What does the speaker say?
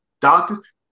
doctors